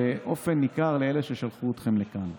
ובאופן ניכר לאלה ששלחו אתכם לכאן.